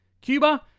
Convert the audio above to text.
Cuba